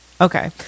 Okay